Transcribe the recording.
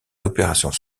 opérations